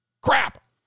Crap